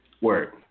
Word